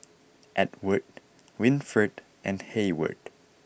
Edward Winfred and Heyward